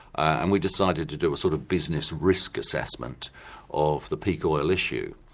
and we decided to do a sort of business risk assessment of the peak oil issue.